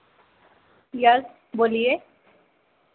yes बोलिए